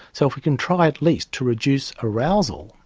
so if we can try at least to reduce arousal,